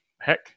Heck